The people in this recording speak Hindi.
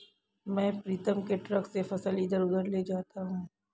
मैं प्रीतम के ट्रक से फसल इधर उधर ले जाता हूं